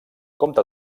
comte